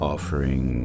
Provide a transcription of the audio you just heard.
Offering